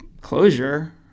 closure